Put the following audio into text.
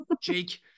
Jake